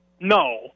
No